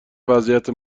وضعیت